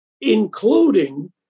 including